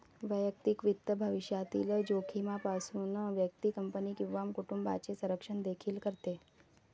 वैयक्तिक वित्त भविष्यातील जोखमीपासून व्यक्ती, कंपनी किंवा कुटुंबाचे संरक्षण देखील करते